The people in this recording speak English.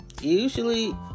usually